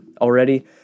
already